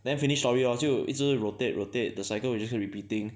then finish story lor 就一直 rotate rotate the cycle will just keep repeating